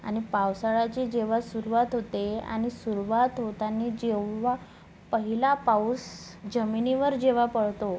आणि पावसाळ्याची जेव्हा सुरूवात होते आणि सुरूवात होताना जेव्हा पहिला पाऊस जमिनीवर जेव्हा पडतो